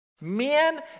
Men